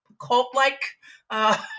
cult-like